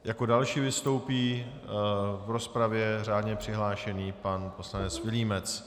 Jako další vystoupí v rozpravě řádně přihlášený pan poslanec Vilímec.